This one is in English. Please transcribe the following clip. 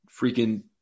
freaking